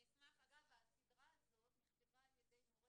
אגב, הסדרה הזאת נכתבה על ידי מורה